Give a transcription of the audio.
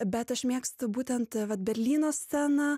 bet aš mėgstu būtent vat berlyno sceną